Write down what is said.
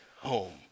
home